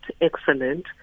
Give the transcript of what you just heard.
excellent